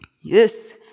Yes